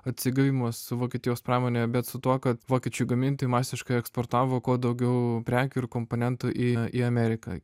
atsigavimas vokietijos pramonėje bet su tuo kad vokiečių gamintojai masiškai eksportavo kuo daugiau prekių ir komponentų į į ameriką